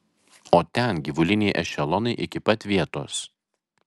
o ten gyvuliniai ešelonai iki pat vietos